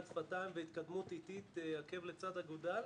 שפתיים והתקדמות איטית עקב לצד אגודל,